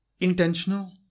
intentional